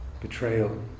betrayal